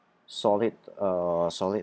solid ah solid